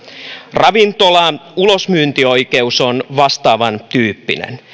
ravintolan ulosmyyntioikeus on vastaavan tyyppinen